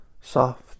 soft